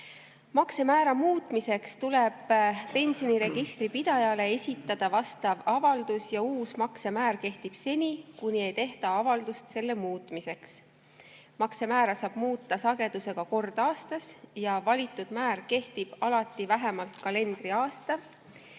Maksemäära muutmiseks tuleb pensioniregistri pidajale esitada avaldus ja uus maksemäär kehtib seni, kuni ei tehta avaldust selle muutmiseks. Maksemäära saab muuta kord aastas ja valitud määr kehtib alati vähemalt kalendriaasta.